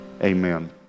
amen